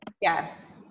Yes